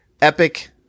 epic